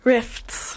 Rifts